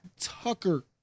Tucker